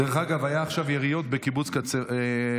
דרך אגב, היו עכשיו יריות בקיבוץ חצרים,